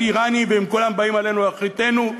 איראני ושכולם באים עלינו להכריתנו,